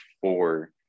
four